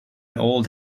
old